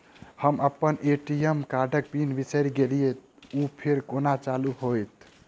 हम अप्पन ए.टी.एम कार्डक पिन बिसैर गेलियै ओ फेर कोना चालु होइत?